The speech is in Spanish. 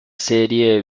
serie